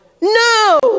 No